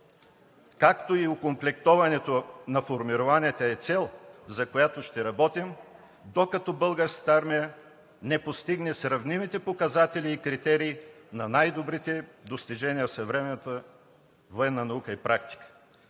както и окомплектоването на формированията, е цел, за която ще работим, докато Българската армия не постигне сравнимите показатели и критерии на най-добрите достижения в съвременната военна наука и практика.